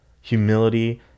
humility